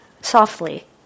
softly